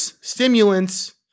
stimulants